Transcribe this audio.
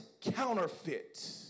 counterfeit